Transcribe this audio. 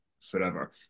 forever